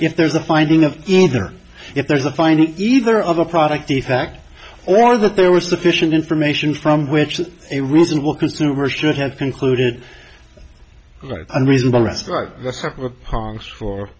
if there's a finding of either if there's a find either of a product the fact or that there was sufficient information from which a reasonable consumer should have concluded a reasonable risk like honks for